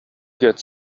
get